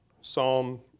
Psalm